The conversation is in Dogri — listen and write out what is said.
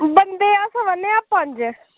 बंदे अस्वा दे आं पंज